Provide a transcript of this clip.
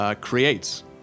creates